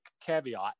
caveat